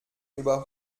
über